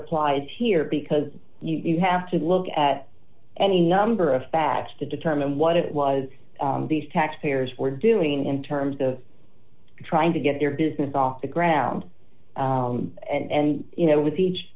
applies here because you have to look at any number of facts to determine what it was these tax payers were doing in terms of trying to get their business off the ground and you know with each